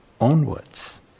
onwards